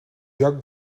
joc